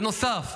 בנוסף,